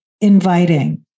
inviting